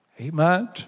Amen